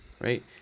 right